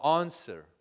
answer